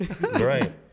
Right